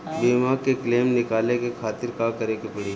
बीमा के क्लेम निकाले के खातिर का करे के पड़ी?